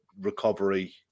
recovery